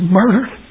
murdered